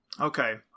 Okay